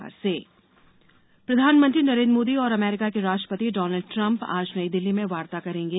Modi Trump वार्ता प्रधानमंत्री नरेन्द्र मोदी और अमरीका के राष्ट्रपति डॉनल्ड ट्रम्प आज नई दिल्ली में वार्ता करेंगे